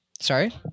Sorry